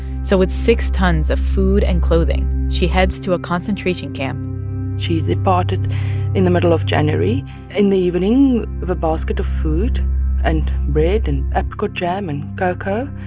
so with six tons of food and clothing, she heads to a concentration camp she departed in the middle of january in the evening with a basket of food and bread and apricot jam and cocoa.